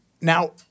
Now